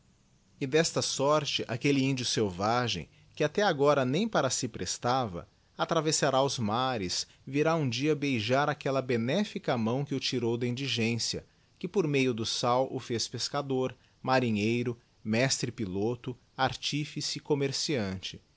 e desta sorte aquelle indio selvagem que até agora nem para si prestava atravessará os mares virá um dia beijar aqualla benéfica mão que o tírou da indigência que por meio do sal o fez pescador marinheiro mestre piloto artífice commerciante